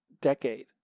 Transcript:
decade